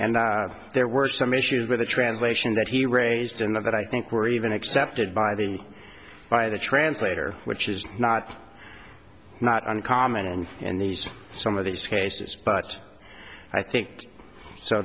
and there were some issues with the translation that he raised and that i think were even accepted by the by the translator which is not not uncommon on in these some of these cases but i think so